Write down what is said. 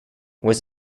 was